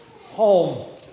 home